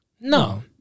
No